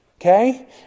Okay